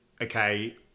okay